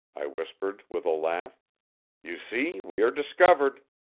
i whispered, with a laugh you see we are discovered.